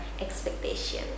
expectation